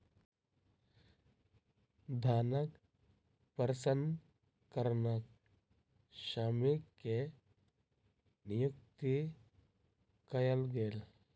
धानक प्रसंस्करणक श्रमिक के नियुक्ति कयल गेल